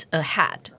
ahead